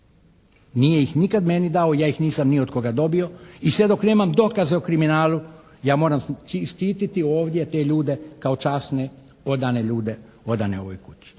Nije ih nikad meni dao, ja ih nisam ni od koga dobio i sve dok nemam dokaza o kriminalu ja moram štititi ovdje te ljude kao časne, odane ljude, odane ovoj kući.